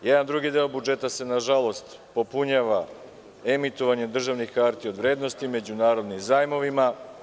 Jedan drugi deo budžeta se nažalost popunjava emitovanjem državnih hartija od vrednosti međunarodnim zajmovima.